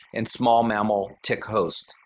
and small mammal tick host.